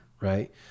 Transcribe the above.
right